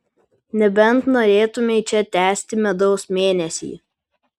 nebent norėtumei čia tęsti medaus mėnesį